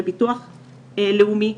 לביטוח הלאומי,